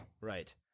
Right